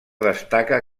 destaca